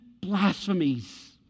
blasphemies